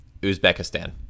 Uzbekistan